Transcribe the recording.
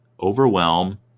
overwhelm